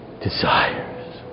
desires